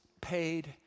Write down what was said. paid